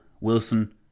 Wilson